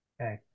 okay